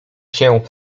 się